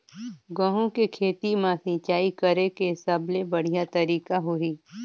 गंहू के खेती मां सिंचाई करेके सबले बढ़िया तरीका होही?